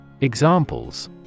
Examples